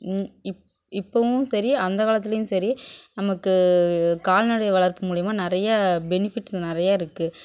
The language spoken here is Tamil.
இப் இப்போவும் சரி அந்த காலத்துலேயும் சரி நமக்கு கால்நடை வளர்ப்பு மூலிமா நிறையா பெனிஃபிட்ஸு நிறையா இருக்குது